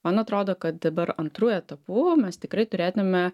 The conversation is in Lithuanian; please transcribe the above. man atrodo kad dabar antru etapu mes tikrai turėtume